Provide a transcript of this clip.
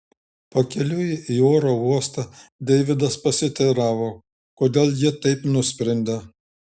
pakeliui į oro uostą deividas pasiteiravo kodėl ji taip nusprendė